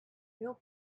real